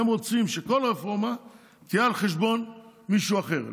הם רוצים שכל רפורמה תהיה על חשבון מישהו אחר,